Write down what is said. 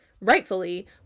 rightfully